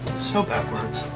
so backwards.